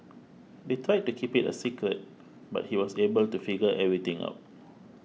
they tried to keep it a secret but he was able to figure everything out